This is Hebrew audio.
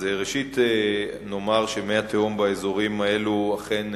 רצוני לשאול: 1. האם הוכחו הזיהום והמפגע ממכלי הדלק?